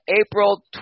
April